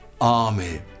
army